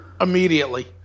immediately